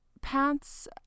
pants